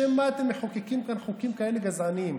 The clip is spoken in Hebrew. בשם מה אתם מחוקקים כאן חוקים כאלה גזעניים?